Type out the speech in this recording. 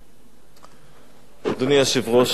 אדוני היושב-ראש, חברי חברי הכנסת,